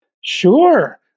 Sure